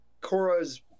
Cora's